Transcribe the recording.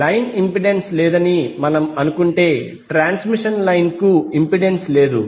line impedance లేదని మనము అనుకుంటే ట్రాన్స్మిషన్ లైన్ కు ఇంపెడెన్స్ లేదు